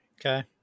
okay